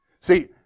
See